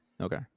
okay